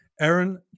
Aaron